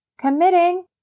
Committing